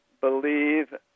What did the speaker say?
believe